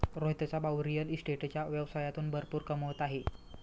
रोहितचा भाऊ रिअल इस्टेटच्या व्यवसायातून भरपूर कमवत आहे